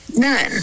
None